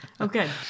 Okay